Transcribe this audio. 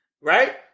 Right